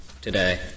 today